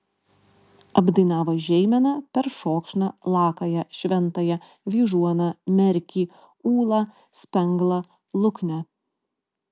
apdainavo žeimeną peršokšną lakają šventąją vyžuoną merkį ūlą spenglą luknę